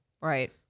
Right